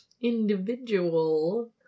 Individual